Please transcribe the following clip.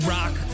Rock